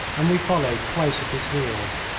and we followed close at his heels.